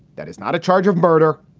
that is not a charge of murder.